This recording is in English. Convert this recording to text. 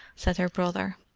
said her brother.